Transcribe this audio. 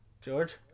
George